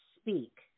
speak